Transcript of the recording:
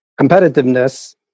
competitiveness